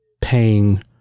paying